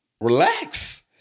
Relax